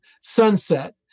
sunset